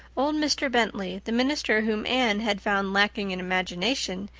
old mr. bentley, the minister whom anne had found lacking in imagination,